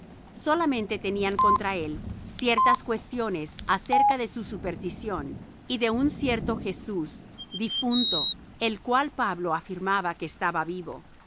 solamente tenían contra él ciertas cuestiones acerca de su superstición y de un cierto jesús difunto el cual pablo afirmaba que estaba vivo